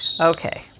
Okay